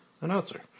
Announcer